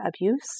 abuse